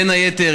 ובין היתר,